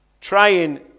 trying